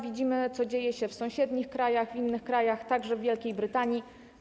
Widzimy, co dzieje się w sąsiednich krajach, w innych krajach, w tym także w Wielkiej Brytanii.